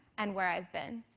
and where i've been.